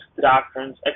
doctrines